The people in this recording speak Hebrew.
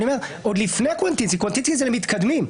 עוד לפני קוונטינסקי, קוונטיסנקי זה למתקדמים.